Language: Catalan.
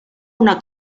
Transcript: una